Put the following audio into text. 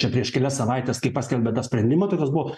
čia prieš kelias savaites kai paskelbia tą sprendimą tokios buvo